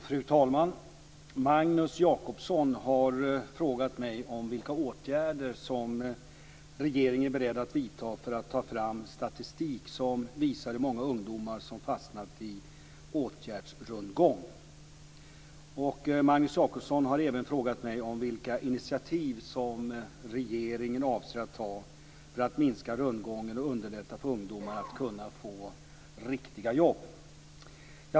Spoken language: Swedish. Fru talman! Magnus Jacobsson har frågat mig vilka åtgärder regeringen är beredd att vidta för att ta fram statistik som visar hur många ungdomar som fastnat i åtgärdsrundgång. Magnus Jacobsson har även frågat mig vilka initiativ som regeringen avser att ta för att minska rundgången och underlätta för ungdomar att få riktiga jobb.